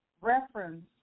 reference